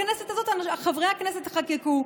בכנסת הזאת חברי הכנסת חוקקו,